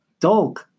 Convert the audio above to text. dog